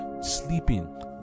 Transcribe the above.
sleeping